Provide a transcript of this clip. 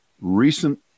recent